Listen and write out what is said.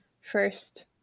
first